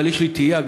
אבל יש גם נטייה,